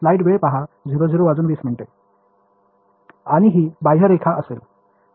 आणि ही बाह्यरेखा असेल